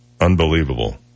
unbelievable